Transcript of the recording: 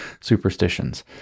superstitions